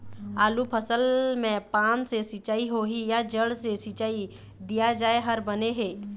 आलू फसल मे पान से सिचाई होही या जड़ से सिचाई दिया जाय हर बने हे?